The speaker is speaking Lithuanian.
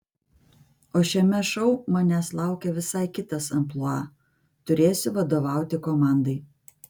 o šiame šou manęs laukia visai kitas amplua turėsiu vadovauti komandai